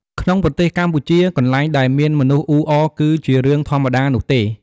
ក្នុងប្រទេសកម្ពុជា កន្លែងដែលមានមនុស្សអ៊ូអរគឺជារឿងធម្មតានោះទេ។